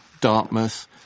Dartmouth